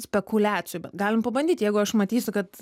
spekuliacijų bet galim pabandyt jeigu aš matysiu kad